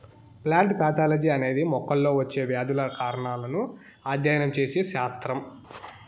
plant pathology అనేది మొక్కల్లో వచ్చే వ్యాధుల కారణాలను అధ్యయనం చేసే శాస్త్రం